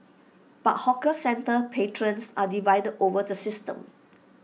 but hawker centre patrons are divided over the system